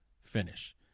finish